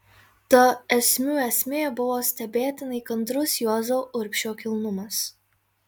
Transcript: ta esmių esmė buvo stebėtinai kantrus juozo urbšio kilnumas